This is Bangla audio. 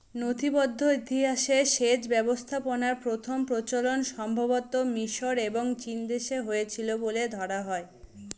নথিবদ্ধ ইতিহাসে সেচ ব্যবস্থাপনার প্রথম প্রচলন সম্ভবতঃ মিশর এবং চীনদেশে হয়েছিল বলে ধরা হয়